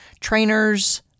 Trainers